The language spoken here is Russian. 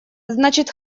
значит